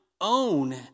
own